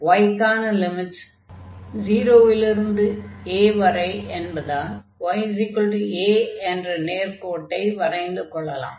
y க்கான limits 0 லிருந்து a வரை என்பதால் ya என்ற நேர்க்கோட்டை வரைந்து கொள்ளலாம்